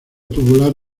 tubular